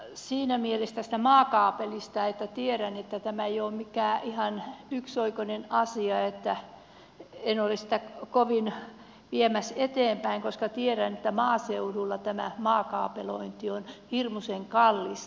siinä mielessä tästä maakaapelista totean että tiedän että tämä ei ole mikään ihan yksioikoinen asia joten en ole sitä kovin viemässä eteenpäin koska tiedän että maaseudulla tämä maakaapelointi on hirmuisen kallista